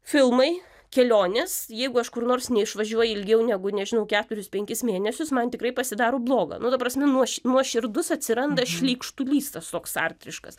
filmai kelionės jeigu aš kur nors neišvažiuoju ilgiau negu nežinau keturis penkis mėnesius man tikrai pasidaro bloga nu ta prasme nuo nuoširdus atsiranda šleikštulys tas toks artriškas